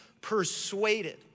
persuaded